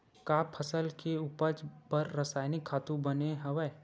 का फसल के उपज बर रासायनिक खातु बने हवय?